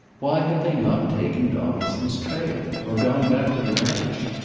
why had they not taken donaldson's trail? or gone back to the ranch?